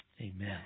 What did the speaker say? Amen